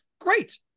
Great